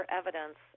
evidence